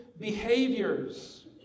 behaviors